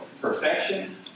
perfection